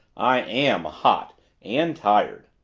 i am hot and tired.